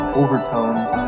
overtones